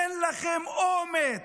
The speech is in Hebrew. אין לכם אומץ,